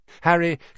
Harry